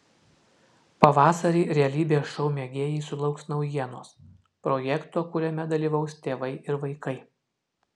pavasarį realybės šou mėgėjai sulauks naujienos projekto kuriame dalyvaus tėvai ir vaikai